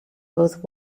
both